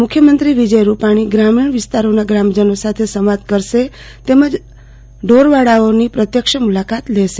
મુખ્યમંત્રી વિજય રૂપાણી ગ્રામીણવિસ્તારોના ગ્રામજનો સાથે સંવાદ કરશે તેમજ ઢોરવાડાઓની પ્રત્યક્ષ મુલાકાત લેશે